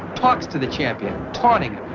talks to the champion, taunting